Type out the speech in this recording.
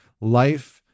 life